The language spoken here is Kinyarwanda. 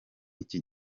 iki